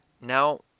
Now